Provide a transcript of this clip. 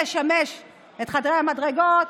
זה ישמש את חדרי המדרגות.